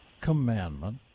commandment